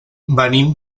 venim